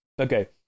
Okay